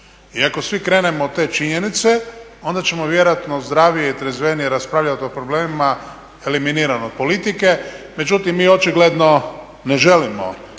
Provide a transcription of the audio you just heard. I ako svi krenemo od te činjenice, onda ćemo vjerojatno zdravije i … raspravljati o problemima eliminirane politike,